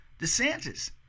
DeSantis